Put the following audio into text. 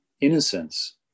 innocence